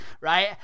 right